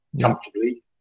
comfortably